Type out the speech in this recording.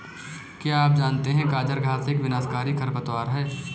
क्या आप जानते है गाजर घास एक विनाशकारी खरपतवार है?